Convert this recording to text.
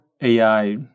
AI